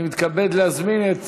אני מתכבד להזמין את